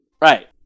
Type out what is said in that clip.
Right